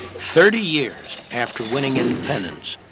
thirty years after winning independence.